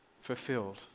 Fulfilled